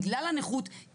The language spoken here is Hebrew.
בגלל הנכות,